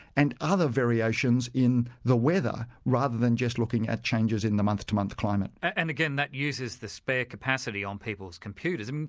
and other variations in the weather, rather than just looking at changes in the month to month climate. and again, that uses the spare capacity on people's computers, um